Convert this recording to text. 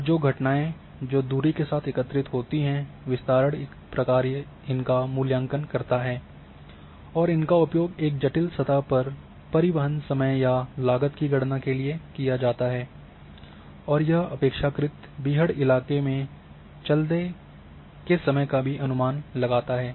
और जो घटनाएं जो दूरी के साथ एकत्रित होती हैं विस्तारण प्रक्रिया इनका मूल्यांकन करता है और इनका उपयोग एक जटिल सतह पर परिवहन समय या लागत की गणना के लिए किया जाता है और यह अपेक्षाकृत बीहड़ इलाके में चलते के समय का भी अनुमान लगता हैं